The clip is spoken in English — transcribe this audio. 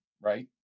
right